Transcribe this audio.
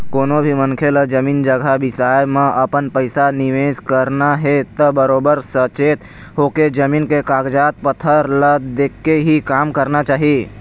कोनो भी मनखे ल जमीन जघा बिसाए म अपन पइसा निवेस करना हे त बरोबर सचेत होके, जमीन के कागज पतर ल देखके ही काम करना चाही